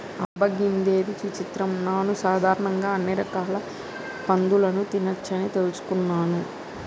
అబ్బ గిదేంది విచిత్రం నాను సాధారణంగా అన్ని రకాల పందులని తినవచ్చని తెలుసుకున్నాను